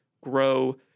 grow